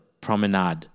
Promenade